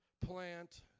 plant